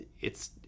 it's-